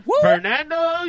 Fernando